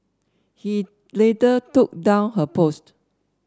he later took down her post